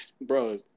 bro